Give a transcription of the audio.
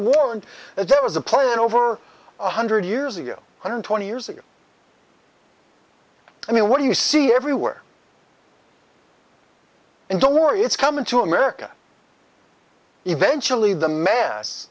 warned that there was a plan over one hundred years ago hundred twenty years ago i mean what do you see everywhere and don't worry it's coming to america eventually the mass